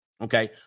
Okay